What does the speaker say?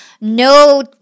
no –